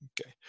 okay